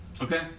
Okay